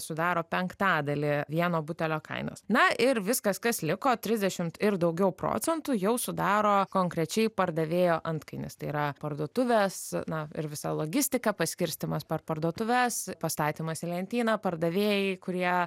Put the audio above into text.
sudaro penktadalį vieno butelio kainos na ir viskas kas liko trisdešimt ir daugiau procentų jau sudaro konkrečiai pardavėjo antkainis tai yra parduotuves na ir visa logistika paskirstymas per parduotuves pastatymas į lentyną pardavėjai kurie